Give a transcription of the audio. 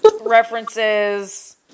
references